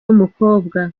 w’umukobwa